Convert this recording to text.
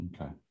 Okay